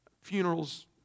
funerals